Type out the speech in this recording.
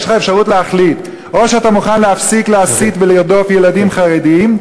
אז יש לך אפשרות להחליט: או שאתה מוכן להפסיק להסית ולרדוף ילדים חרדים,